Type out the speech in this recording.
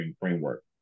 framework